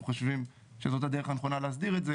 חושבים שזאת הדרך הנכונה להסדיר את זה.